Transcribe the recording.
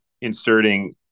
inserting